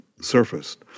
surfaced